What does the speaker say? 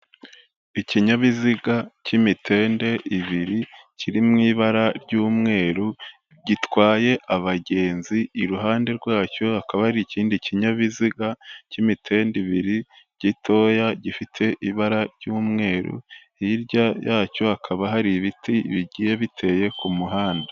Ikinyabiziga cy'imitende ibiri kiri mu ibara ry'umweru gitwaye abagenzi, iruhande rwacyo hakaba hari ikindi kinyabiziga cy'imitende ibiri gitoya gifite ibara ry'umweru, hirya yacyo hakaba hari ibiti bigiye biteye ku muhanda.